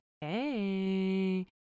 Hey